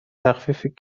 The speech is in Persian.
تخفیف